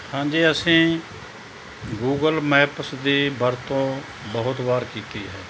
ਹਾਂਜੀ ਅਸੀਂ Google Maps ਦੀ ਵਰਤੋਂ ਬਹੁਤ ਵਾਰ ਕੀਤੀ ਹੈ